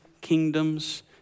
kingdoms